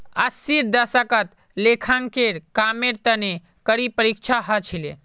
अस्सीर दशकत लेखांकनेर कामेर तने कड़ी परीक्षा ह छिले